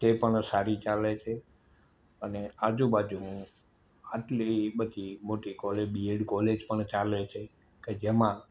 એ પણ સારી ચાલે છે અને આજુબાજુ આટલી બધી મોટી કોલે બી એડ કૉલેજ પણ ચાલે છે ક જેમાં